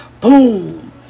boom